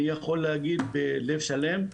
אני יכול להגיד בלב שלם,